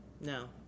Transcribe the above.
No